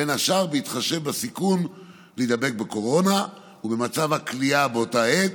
בין השאר בהתחשב בסיכון להידבק בקורונה ובמצב הכליאה באותה עת.